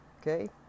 Okay